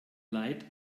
leid